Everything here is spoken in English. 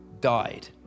died